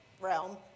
Realm